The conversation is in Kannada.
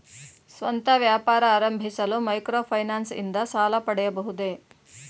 ಸ್ವಂತ ವ್ಯಾಪಾರ ಆರಂಭಿಸಲು ಮೈಕ್ರೋ ಫೈನಾನ್ಸ್ ಇಂದ ಸಾಲ ಪಡೆಯಬಹುದೇ?